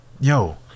Yo